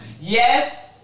yes